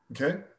Okay